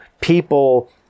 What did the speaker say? people